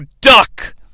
Duck